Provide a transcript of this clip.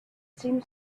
seemed